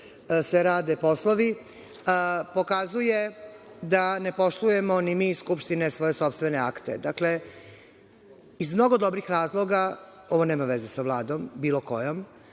rade poslovi, pokazuje da ne poštujemo ni mi iz Skupštine svoje sopstvene akte. Dakle, iz mnogo dobrih razloga, ovo nema veze sa vladom, bilo kojom,